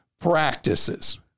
practices